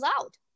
out